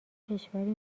کشوری